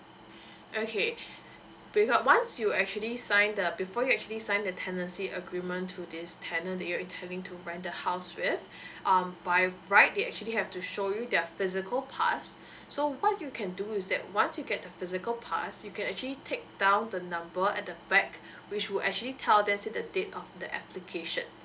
okay beca~ once you actually sign the before you actually sign the tenancy agreement to this tenant that you're intending to rent the house with um by right they actually have to show you their physical pass so what you can do is that once you get the physical pass you can actually take down the number at the back which would actually tell that's the the date of application